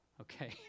Okay